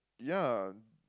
ya